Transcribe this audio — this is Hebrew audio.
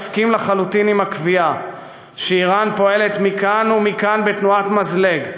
אני מסכים לחלוטין לקביעה שאיראן פועלת מכאן ומכאן בתנועת מזלג,